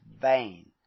vain